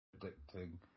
predicting